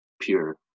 pure